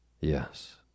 Yes